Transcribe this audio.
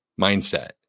mindset